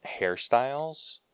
hairstyles